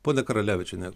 ponia karalevičiene